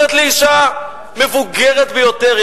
אומרת לי אשה מבוגרת ביותר,